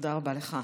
תודה רבה לך.